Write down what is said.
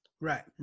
Right